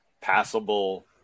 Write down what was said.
passable